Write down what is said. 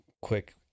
quick